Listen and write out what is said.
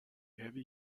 heavy